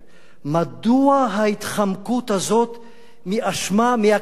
מדוע ההתחמקות הזאת מאשמה, מהכרה באשמה?